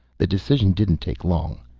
the decision didn't take long.